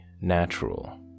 natural